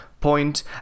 point